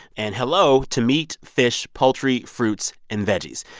and hello to meat, fish, poultry, fruits and veggies.